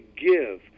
give